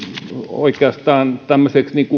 oikeastaan tämmöiseksi